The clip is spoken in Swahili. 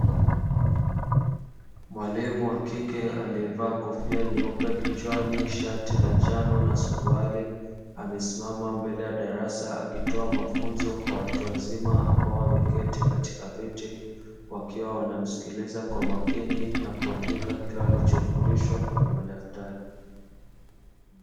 Mwalimu wa kike aliyevaa kofia nyeupe kichwani na shati la njano na suruali, amesimama mbele ya darasa akitoa mafunzo kwa watu wazima ambao wameketi katika viti wakiwa wanamsikiliza kwa makini na kuandika kila walichofundishwa kwenye madaftari.